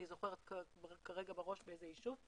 אני זוכרת כרגע בראש באיזה יישוב,